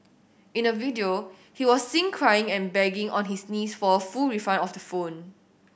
in a video he was seen crying and begging on his knees for a full refund of the phone